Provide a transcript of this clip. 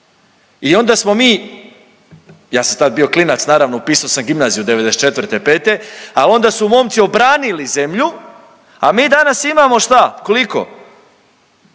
I onda smo mi, ja sam tad bio klinac, naravno upisao sam gimnaziju '94., '95. ali onda su momci obranili zemlju, a mi danas imamo šta? Koliko?